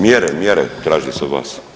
Mjere, mjere traže se od vas.